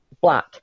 black